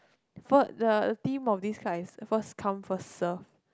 for the theme of this kinds first come first serve